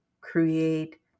create